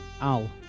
Al